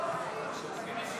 את תוצאות ההצבעה.